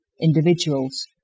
individuals